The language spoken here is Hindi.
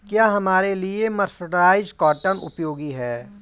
क्या हमारे लिए मर्सराइज्ड कॉटन उपयोगी है?